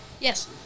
Yes